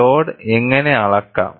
load എങ്ങനെ അളക്കാം